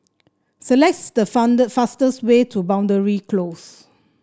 select the found fastest way to Boundary Close